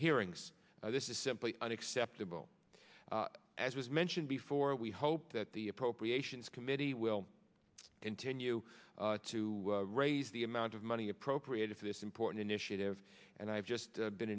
hearings this is simply unacceptable as was mentioned before we hope that the appropriations committee will continue to raise the amount of money appropriated for this important initiative and i've just been